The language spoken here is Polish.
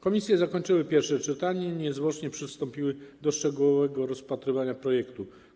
Komisje zakończyły pierwsze czytanie i niezwłocznie przystąpiły do szczegółowego rozpatrywania projektu.